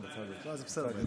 לצערי הרב, כל כך ברור.